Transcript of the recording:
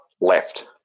left